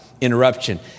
interruption